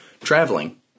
traveling